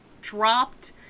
dropped